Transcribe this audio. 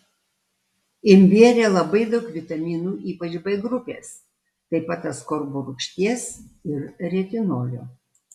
imbiere labai daug vitaminų ypač b grupės taip pat askorbo rūgšties ir retinolio